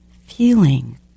feeling